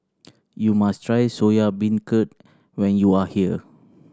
you must try Soya Beancurd when you are here